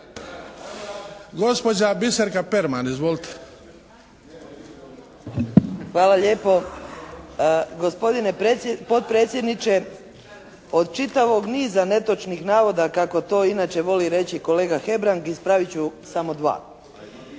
**Perman, Biserka (SDP)** Hvala lijepo. Gospodine potpredsjedniče, od čitavog niza netočnih navoda kako to inače voli reći kolega Hebrang ispravit ću samo dva.